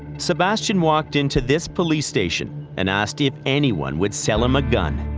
sebastian walked into this police station and asked if anyone would sell him a gun.